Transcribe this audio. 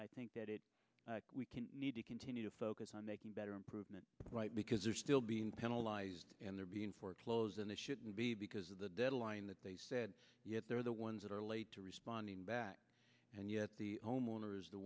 i think that it need to continue to focus on making better improvement because they're still being tantalized and they're being foreclosed and it shouldn't be because of the deadline that they said they're the ones that are late to responding back and yet the homeowner is the